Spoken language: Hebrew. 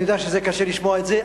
אני יודע שקשה לשמוע את זה,